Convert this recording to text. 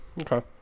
Okay